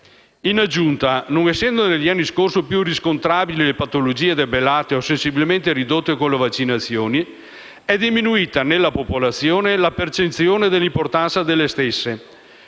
In aggiunta, non essendo negli anni scorsi più riscontrabili le patologie debellate o sensibilmente ridotte con le vaccinazioni, è diminuita nella popolazione la percezione dell'importanza delle stesse;